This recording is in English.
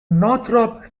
northrop